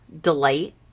delight